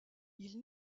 ils